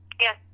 Yes